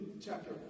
chapter